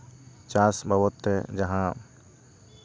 ᱪᱟᱥ ᱵᱟᱵᱚᱫ ᱛᱮ ᱡᱟᱦᱟᱸ